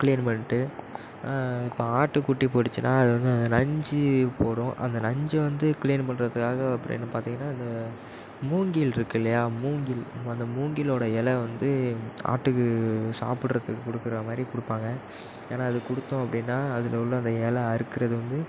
clean பண்ணிவிட்டு இப்போ ஆட்டு குட்டி போட்டுச்சுனா அது வந்து நஞ்சு போடும் அந்த நஞ்சு வந்து கிளீன் பண்ணுறதுக்காக அப்படினு பார்த்தீங்கனா அந்த மூங்கில் இருக்கில்லையா மூங்கில் அந்த மூங்கிலோட இல வந்து ஆட்டுக்கு சாப்பிட்றதுக்கு கொடுக்குற மாதிரி கொடுப்பாங்க ஏன்னால் அது கொடுத்தோம் அப்படினா அதில் உள்ள அந்த இல அறுக்கிறது வந்து